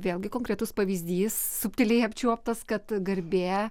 vėlgi konkretus pavyzdys subtiliai apčiuoptas kad garbė